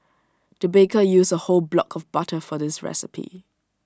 the baker used A whole block of butter for this recipe